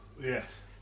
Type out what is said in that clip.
Yes